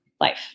life